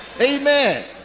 Amen